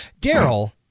Daryl